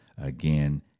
again